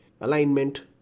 alignment